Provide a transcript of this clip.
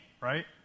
right